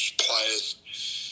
players